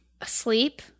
asleep